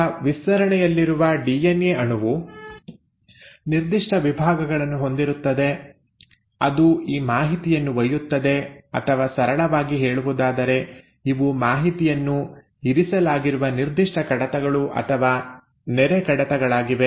ಈಗ ವಿಸ್ತರಣೆಯಲ್ಲಿರುವ ಡಿಎನ್ಎ ಅಣುವು ನಿರ್ದಿಷ್ಟ ವಿಭಾಗಗಳನ್ನು ಹೊಂದಿರುತ್ತದೆ ಅದು ಈ ಮಾಹಿತಿಯನ್ನು ಒಯ್ಯುತ್ತದೆ ಅಥವಾ ಸರಳವಾಗಿ ಹೇಳುವುದಾದರೆ ಇವು ಮಾಹಿತಿಯನ್ನು ಇರಿಸಲಾಗಿರುವ ನಿರ್ದಿಷ್ಟ ಕಡತಗಳು ಅಥವಾ ನೆರೆಕಡತಗಳಾಗಿವೆ